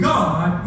God